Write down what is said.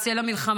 בצל המלחמה,